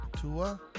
Tua